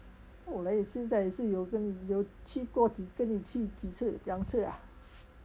本来我现在也是有肯有出过几次跟你出几次两次啊